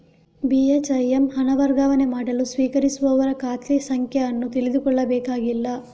ಬಿ.ಹೆಚ್.ಐ.ಎಮ್ ಹಣ ವರ್ಗಾವಣೆ ಮಾಡಲು ಸ್ವೀಕರಿಸುವವರ ಖಾತೆ ಸಂಖ್ಯೆ ಅನ್ನು ತಿಳಿದುಕೊಳ್ಳಬೇಕಾಗಿಲ್ಲ